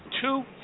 Two